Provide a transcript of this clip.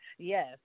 yes